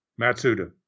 Matsuda